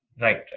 right